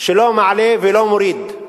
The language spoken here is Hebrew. שלא מעלה ולא מוריד.